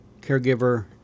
caregiver